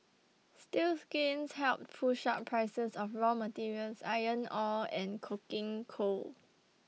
steel's gains helped push up prices of raw materials iron ore and coking coal